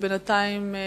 בינתיים,